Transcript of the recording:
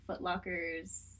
Footlocker's